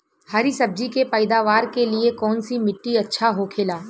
हरी सब्जी के पैदावार के लिए कौन सी मिट्टी अच्छा होखेला?